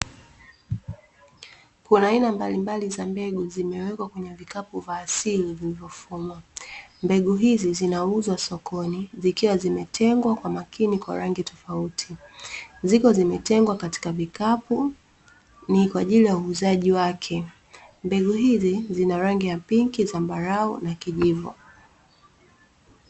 Kuna aina mbalimbali za mbegu zimewekwa kwenye vikapu vya asili vilivyofumwa. Mbegu hizi zinauzwa sokoni, zikiwa zimetengwa kwa makini kwa rangi tofauti. Ziko zimetengwa katika vikapu, ni kwa ajili ya uuzaji wake. Mbegu hizi zina rangi ya pinki, zambarau na kijivu.